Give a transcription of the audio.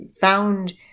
found